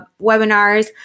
webinars